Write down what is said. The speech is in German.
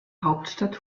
hauptstadt